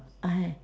I